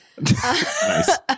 Nice